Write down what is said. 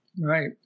right